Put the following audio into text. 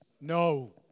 No